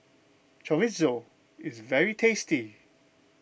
Chorizo is very tasty